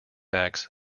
axe